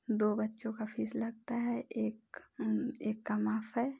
दो बच्चों का फीस लगता है एक एक का माफ़ है